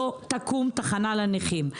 לא תקום תחנה לנכים.